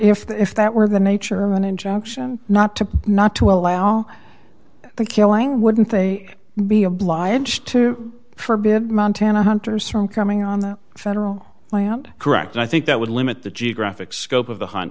the if that were the nature of an injunction not to not to allow the killing wouldn't they be obliged to forbid montana hunters from coming on the federal land correct i think that would limit the geographic scope of